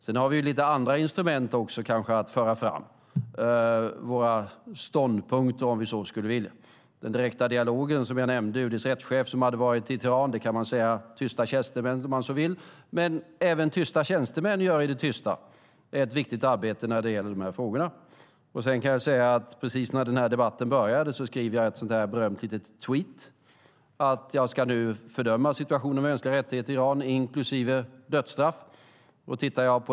Sedan har vi lite andra instrument också att föra fram, våra ståndpunkter om vi så skulle vilja. När det gäller den direkta dialogen som jag nämnde - UD:s rättschef som hade varit i Teheran - kan man om man så vill säga att det handlar om tysta tjänstemän. Men även tysta tjänstemän gör i det tysta ett viktigt arbete när det gäller de här frågorna. Sedan kan jag säga att precis innan den här debatten började skrev jag på Twitter att jag skulle fördöma situationen när det gäller mänskliga rättigheter i Iran, inklusive dödsstraff.